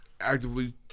actively